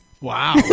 Wow